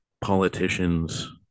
politicians